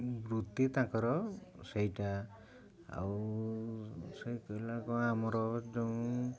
ବୃତ୍ତି ତାଙ୍କର ସେଇଟା ଆଉ ସେ କହିଲା କ'ଣ ଆମର ଯୋଉ